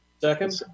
Second